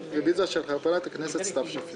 הרוויזיה על פניות מס' 258 260 לא אושרה.